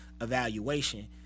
evaluation